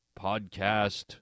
podcast